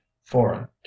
Foreign